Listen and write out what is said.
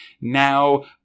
now –